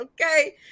okay